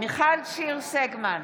מיכל שיר סגמן,